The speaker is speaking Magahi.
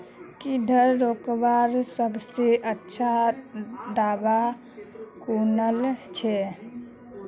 कीड़ा रोकवार सबसे अच्छा दाबा कुनला छे?